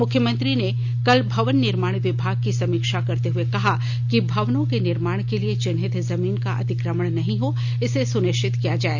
मुख्यमंत्री ने कल भवन निर्माण विभाग की समीक्षा करते हुए कहा कि भवनों के निर्माण के लिए चिन्हित जमीन का अतिक्रमण नहीं हो इसे सुनिश्चित किया जाए